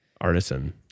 artisan